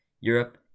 Europe